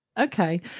Okay